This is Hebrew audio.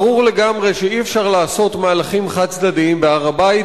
ברור לגמרי שאי-אפשר לעשות מהלכים חד-צדדיים בהר-הבית,